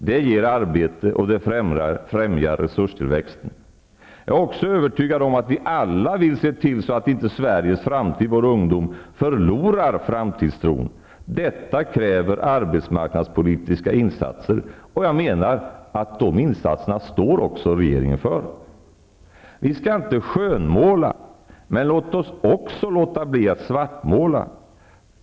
Det ger arbete och det främjar resurstillväxten. Jag är också övertygad om att vi alla vill se till att inte Sveriges framtid, vår ungdom, förlorar framtidstron. Detta kräver arbetsmarknadspolitiska insatser, och jag menar att regeringen också står för de insatserna. Vi skall inte skönmåla, men låt oss avstå från att svartmåla.